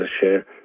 share